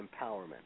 empowerment